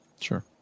Sure